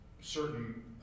certain